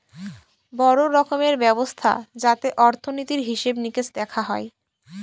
বড়ো রকমের ব্যবস্থা যাতে অর্থনীতির হিসেবে নিকেশ দেখা হয়